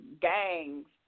gangs